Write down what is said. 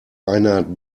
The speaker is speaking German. einer